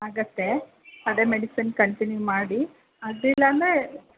ಆಗುತ್ತೆ ಅದೇ medicine continue ಮಾಡಿ ಅಡ್ಡಿಯಿಲ್ಲಾಂದ್ರೆ